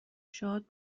شاد